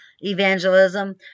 Evangelism